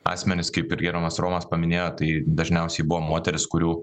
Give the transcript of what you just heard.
asmenis kaip ir gerbiamas romas paminėjo tai dažniausiai buvo moterys kurių